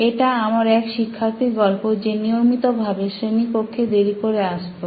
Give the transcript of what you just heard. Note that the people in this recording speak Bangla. এটা আমার এক শিক্ষার্থীর যে নিয়মিত ভাবে শ্রেণীকক্ষে দেরি করে আসতো